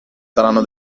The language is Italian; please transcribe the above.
saranno